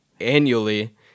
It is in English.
annually